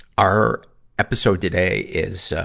our episode today, is, ah,